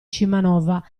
scimanova